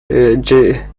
cemetery